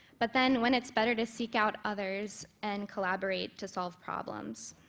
but then when it's better to seek out others and collaborate to solve problems.